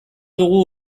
dugu